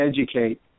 educate